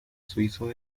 suizo